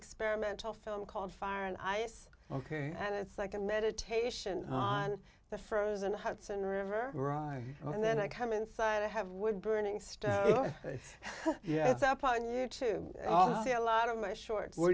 experimental film called fire and ice ok and it's like a meditation on the frozen hudson river arrives and then i come inside to have wood burning stove yeah it's up on you to see a lot of my shorts were